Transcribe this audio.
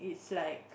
is like